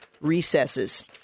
recesses